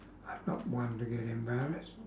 I'm not one to get embarrassed